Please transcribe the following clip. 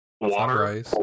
Water